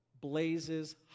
blazes